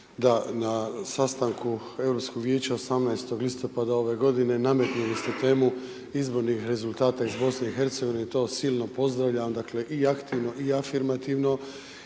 da na sastanku Europskog Vijeća 18. listopada ove godine nametnuli ste temu izbornih rezultata iz BiH-a i to silno pozdravljam, dakle i aktivno i afirmativno